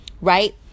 right